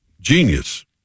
genius